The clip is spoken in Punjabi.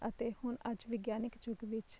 ਅਤੇ ਹੁਣ ਅੱਜ ਵਿਗਿਆਨਿਕ ਯੁੱਗ ਵਿੱਚ